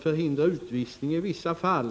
förhindra utvisning i vissa fall